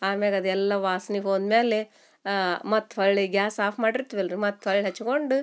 ಆಮ್ಯಾಲ್ ಅದು ಎಲ್ಲ ವಾಸ್ನೆ ಹೋದಮೇಲೆ ಮತ್ತೆ ಹೊರ್ಳಿ ಗ್ಯಾಸ್ ಆಫ್ ಮಾಡಿರ್ತೀವಲ್ಲ ರೀ ಮತ್ತೆ ಹೊರ್ಳಿ ಹಚ್ಚಿಕೊಂಡು